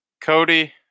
Cody